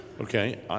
Okay